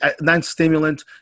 non-stimulant